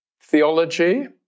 theology